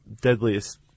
deadliest